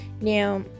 now